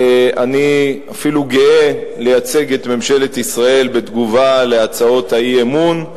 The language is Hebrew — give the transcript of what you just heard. אני אפילו גאה לייצג את ממשלת ישראל בתגובה להצעות האי-אמון,